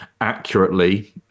accurately